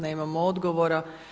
Nemamo odgovora.